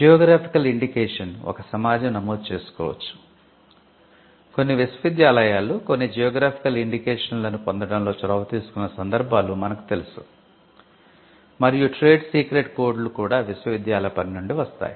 geographical indication లు కూడా విశ్వవిద్యాలయాల పని నుండి వస్తాయి